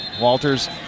Walters